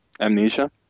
Amnesia